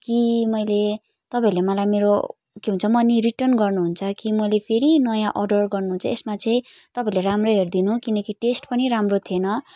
कि मैले तपाईँहरूले मलाई मेरो के भन्छ मनि रिटर्न गर्नु हुन्छ कि मैइले फेरि नयाँ अर्डर गर्नु चाहिँ यसमा चाहिँ तपाईँहरूले राम्रो हेरिदिनु किनभने टेस्ट पनि राम्रो थिएन